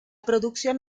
producción